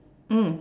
mm